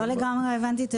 לא לגמרי הבנתי.